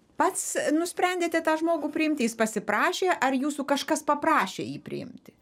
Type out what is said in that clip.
pats nusprendėte tą žmogų priimti jis pasiprašė ar jūsų kažkas paprašė jį priimti